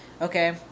Okay